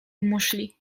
muszli